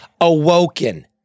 awoken